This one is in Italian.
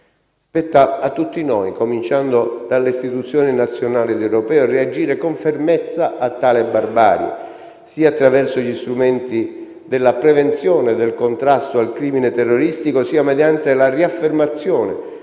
Spetta a tutti noi, cominciando dalle istituzioni nazionali ed europee, reagire con fermezza a tale barbarie, sia attraverso gli strumenti della prevenzione e del contrasto al crimine terroristico, sia mediante la riaffermazione